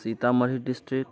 Sitamarhi district